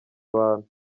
abantu